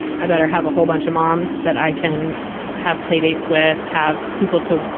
i better have a whole bunch of moms that i can have playdates with. have people to,